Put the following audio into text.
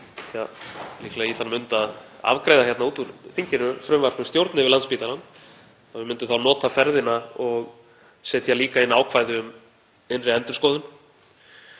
erum líklega í þann mund að afgreiða út úr þinginu frumvarp um stjórn yfir Landspítalanum að við myndum þá nota ferðina og setja líka inn ákvæði um innri endurskoðun,